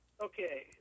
Okay